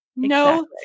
No